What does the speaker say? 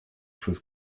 fürs